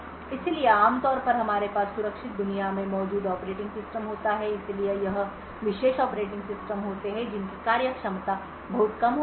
इसलिए आमतौर पर हमारे पास सुरक्षित दुनिया में मौजूद ऑपरेटिंग सिस्टम होता है इसलिए यह विशेष ऑपरेटिंग सिस्टम होते हैं जिनकी कार्यक्षमता बहुत कम होती है